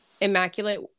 immaculate